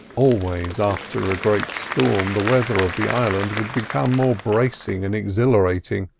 always after a great storm the weather of the island would become more bracing and exhilarating,